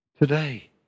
Today